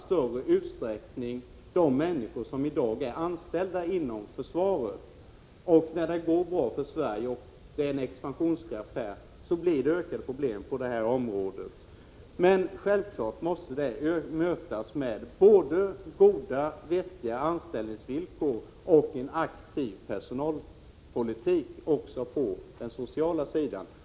område utsträckning efterfrågar de människor som i dag är anställda inom försvaret. När det går bra för Sverige, när det finns en expansionskraft, så blir det alltså ökade problem på det område det här gäller. Men självfallet måste problemen mötas med både goda, vettiga anställningsvillkor och en aktiv personalpolitik också på den sociala sidan.